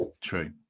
True